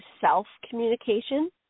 self-communication